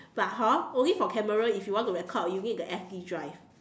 but hor only for camera if you want to record you need the S_D drive